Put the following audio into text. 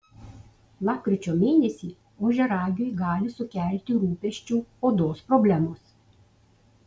lapkričio mėnesį ožiaragiui gali sukelti rūpesčių odos problemos